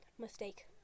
mistake